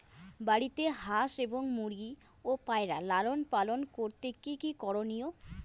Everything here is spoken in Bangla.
বাড়িতে হাঁস এবং মুরগি ও পায়রা লালন পালন করতে কী কী করণীয়?